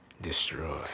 destroy